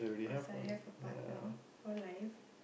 cause I have a partner for life